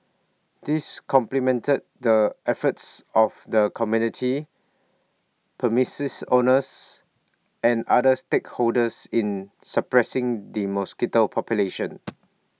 this complemented the efforts of the community premises owners and other stakeholders in suppressing the mosquito population